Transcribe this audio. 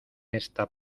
esta